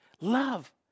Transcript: Love